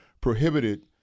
prohibited